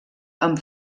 amb